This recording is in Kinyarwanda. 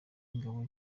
w’ingabo